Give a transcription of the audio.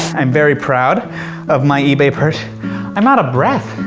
i'm very proud of my ebay purcha i'm out of breath.